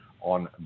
on